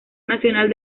nacional